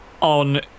on